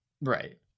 right